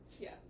Yes